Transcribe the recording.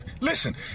Listen